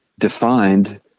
defined